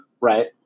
Right